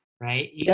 right